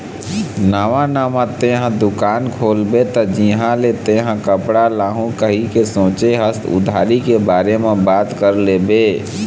नवा नवा तेंहा दुकान खोलबे त जिहाँ ले तेंहा कपड़ा लाहू कहिके सोचें हस उधारी के बारे म बात कर लेबे